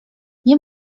nie